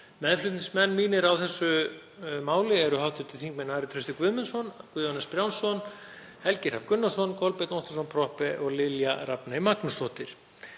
Meðflutningsmenn mínir á þessu máli eru hv. þingmenn Ari Trausti Guðmundsson, Guðjón S. Brjánsson, Helgi Hrafn Gunnarsson, Kolbeinn Óttarsson Proppé og Lilja Rafney Magnúsdóttir.